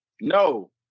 No